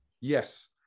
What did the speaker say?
Yes